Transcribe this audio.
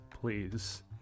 please